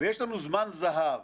ויש לנו זמן זהב.